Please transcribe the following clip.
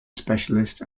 specialist